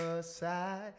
side